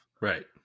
Right